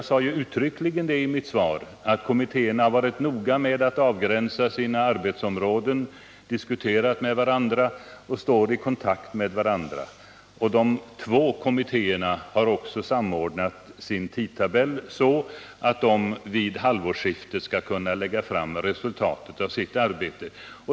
Ja, jag sade uttryckligen i mitt svar att kommittéerna har varit noga med att avgränsa sina arbetsområden, har diskuterat med varandra och står i kontakt med varandra. Två av kommittéerna har också samordnat sin tidtabell så att de vid halvårsskiftet skall kunna lägga fram resultatet av sitt arbete.